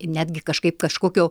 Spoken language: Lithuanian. netgi kažkaip kažkokio